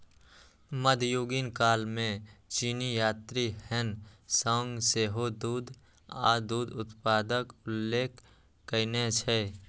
मध्ययुगीन काल मे चीनी यात्री ह्वेन सांग सेहो दूध आ दूध उत्पादक उल्लेख कयने छै